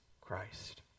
Christ